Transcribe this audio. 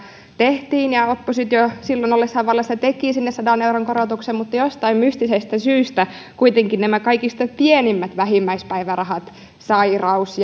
tehtiin korotus oppositio silloin ollessaan vallassa teki sinne sadan euron korotuksen mutta jostain mystisestä syystä kuitenkin nämä kaikista pienimmät vähimmäispäivärahat sairaus